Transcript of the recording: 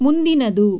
ಮುಂದಿನದು